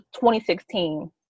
2016